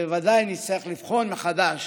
וודאי נצטרך לבחון מחדש